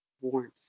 Warmth